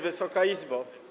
Wysoka Izbo!